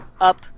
up